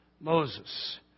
Moses